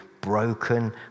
broken